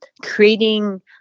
creating